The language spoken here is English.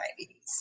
diabetes